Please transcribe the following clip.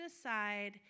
aside